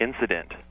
incident